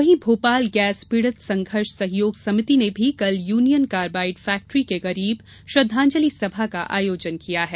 वहीं भोपाल गैस पीड़ित संघर्ष सहयोग समिति ने भी कल यूनियन कार्बाइड फैक्ट्री के करीब श्रद्वांजली सभा का आयोजन किया है